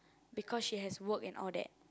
because she has work and all that